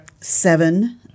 seven